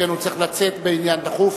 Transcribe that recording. שכן הוא צריך לצאת בעניין דחוף?